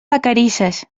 vacarisses